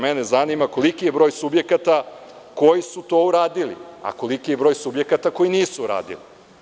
Mene zanima koliki je broj subjekata koji su to uradili a koliki je broj subjekata koji nisu uradili?